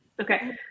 Okay